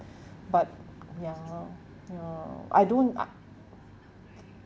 but ya ya I don't I